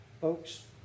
Folks